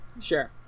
Sure